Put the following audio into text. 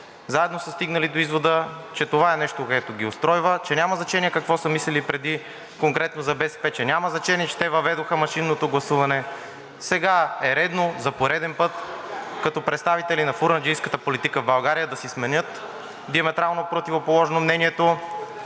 заедно са стигнали до извода, че това е нещо, което ги устройва, че няма значение какво са правили преди конкретно БСП, че няма значение, че те въведоха машинното гласуване, сега е редно (шум и реплики), за пореден път, като представители на фурнаджийската политика в България, да си сменят диаметрално противоположно мнението